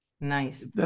Nice